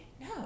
no